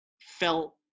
felt